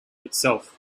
itself